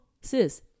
sis